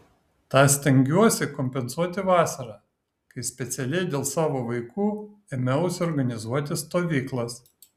tą stengiuosi kompensuoti vasarą kai specialiai dėl savo vaikų ėmiausi organizuoti stovyklas